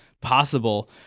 possible